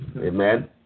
Amen